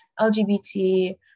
LGBT